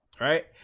Right